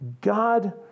God